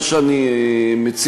מה שאני מציע,